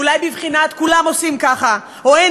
אולי בבחינת "כולם עושים ככה" או "אין